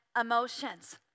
emotions